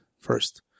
first